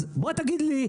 אז בוא תגיד לי,